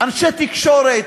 אנשי תקשורת,